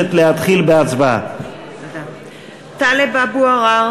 אנחנו בהצעת חוק לסדרי שינוי סדרי עדיפויות לאומיים